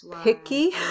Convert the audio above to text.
picky